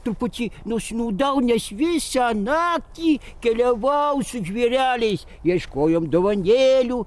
truputį nusnūdau nes visą naktį keliavau su žvėreliais ieškojom dovanėlių